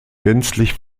gänzlich